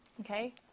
Okay